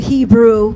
Hebrew